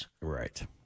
Right